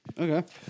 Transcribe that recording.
Okay